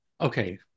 Okay